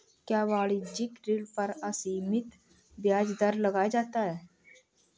क्या वाणिज्यिक ऋण पर असीमित ब्याज दर लगाए जाते हैं?